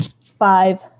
five